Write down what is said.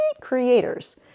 creators